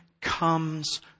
comes